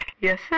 Yes